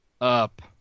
up